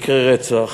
מקרי רצח.